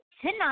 tonight